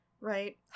right